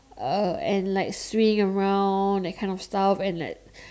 uh and like swing around that kind of stuff and like